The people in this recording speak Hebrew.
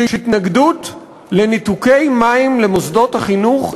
שהתנגדות לניתוקי מים למוסדות החינוך,